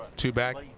two back.